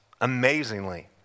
amazingly